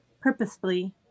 purposefully